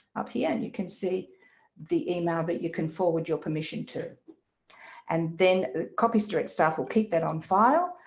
up here, and you can see the email that you can forward your permission to and then copies direct staff we'll keep that on file.